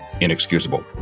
inexcusable